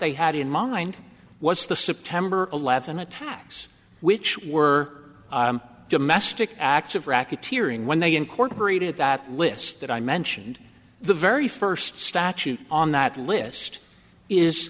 they had in mind was the september eleventh attacks which were domestic acts of racketeering when they incorporated that list that i mentioned the very first statute on that list is